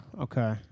Okay